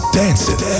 dancing